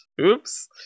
oops